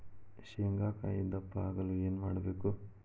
ಶೇಂಗಾಕಾಯಿ ದಪ್ಪ ಆಗಲು ಏನು ಮಾಡಬೇಕು?